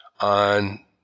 On